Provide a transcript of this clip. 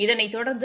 இதனைத் தொடர்ந்து